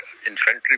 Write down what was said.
infantry